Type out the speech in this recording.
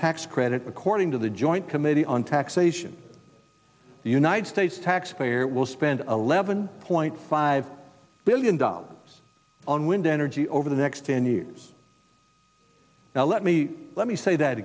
tax credit according to the joint committee on taxation the united states taxpayer will spend a levon point five billion dollars on wind energy over the next ten years now let me let me say that